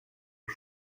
aux